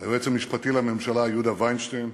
היועץ המשפטי לממשלה יהודה וינשטיין,